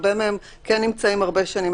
הרבה מהם כן נמצאים הרבה שנים.